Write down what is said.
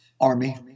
Army